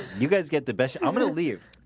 you guys get the best. i'm gonna leave